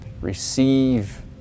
receive